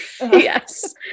Yes